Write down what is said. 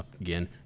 again